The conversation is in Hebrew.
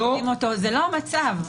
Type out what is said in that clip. זה לא המצב.